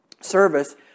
service